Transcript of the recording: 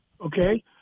Okay